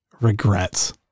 regrets